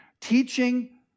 Teaching